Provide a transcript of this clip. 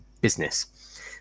business